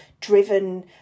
driven